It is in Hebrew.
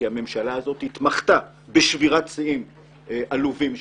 כי הממשלה הזאת התמחתה בשבירת שיאים עלובים כאלה,